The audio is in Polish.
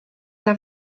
dla